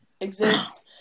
exist